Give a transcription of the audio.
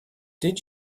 did